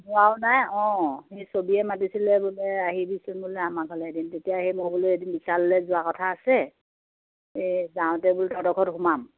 যোৱাও নাই অঁ সেই ছবিয়ে মাতিছিলে বোলে আহিবিচোন বোলে আমাৰ ঘৰলৈ এদিন তেতিয়া সেই মই বোলো এদিন বিশাললৈ যোৱা কথা আছে এই যাওঁতে বোলো তহঁতৰ ঘৰত সোমাম